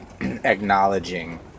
acknowledging